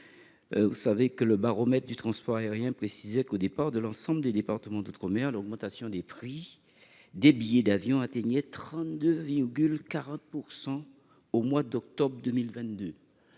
d'avion. Le baromètre du transport aérien nous indique que, au départ de l'ensemble des départements d'outre-mer, l'augmentation des prix des billets d'avion atteignait 32,4 % au mois d'octobre 2022,